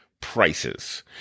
prices